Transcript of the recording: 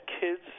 kids